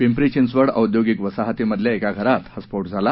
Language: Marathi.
पिंपरी चिंचवड औद्योगीक वसाहतीमधल्या एका घरात हा स्फोट झाला